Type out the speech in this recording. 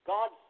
God